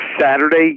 Saturday